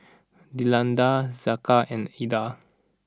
Delinda Saka and Eda